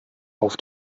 auf